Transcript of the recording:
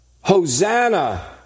Hosanna